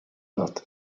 wird